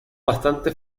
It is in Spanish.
bastante